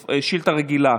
ביטון.